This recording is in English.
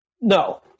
No